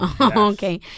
okay